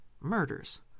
murders